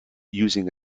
using